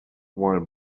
while